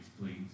please